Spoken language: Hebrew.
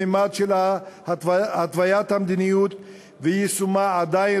בממד של התוויית המדיניות ויישומה אנחנו עדיין